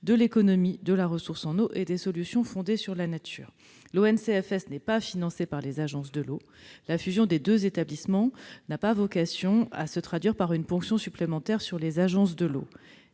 d'économie de la ressource en eau et de recherche de solutions fondées sur la nature. L'ONCFS, en revanche, n'est pas financée par les agences de l'eau. La fusion des deux établissements n'a pas vocation à se traduire par une ponction supplémentaire sur les budgets de